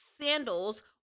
sandals